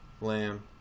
Lamb